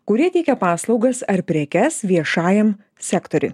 kurie teikia paslaugas ar prekes viešajam sektoriui